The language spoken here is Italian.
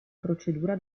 procedura